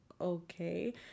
Okay